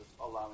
allowing